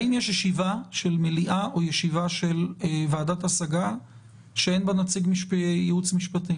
האם יש ישיבה של המליאה או של ועדת ההשגות שאין בה ייעוץ משפטי